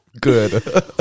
good